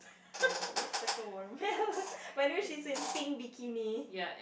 oh it looks like a watermelon but anyway she's in pink bikini